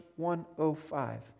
105